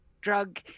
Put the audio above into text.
drug